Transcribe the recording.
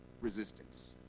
resistance